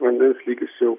vandens lygis jau